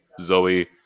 Zoe